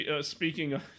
speaking